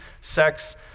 sex